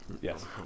Yes